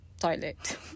toilet